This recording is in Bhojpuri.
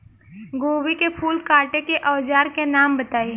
गोभी के फूल काटे के औज़ार के नाम बताई?